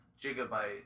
gigabyte